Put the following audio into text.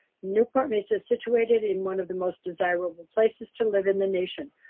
newport-mesa is situated in one of the most desirable places to live in the nation.